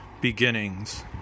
Beginnings